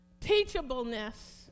teachableness